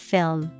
Film